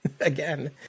again